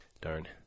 darn